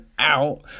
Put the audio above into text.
out